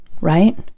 Right